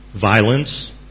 violence